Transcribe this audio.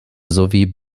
sowie